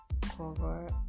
cover